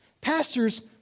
Pastors